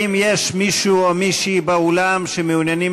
האם יש מישהו או מישהי באולם שמעוניינים